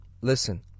listen